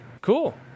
Cool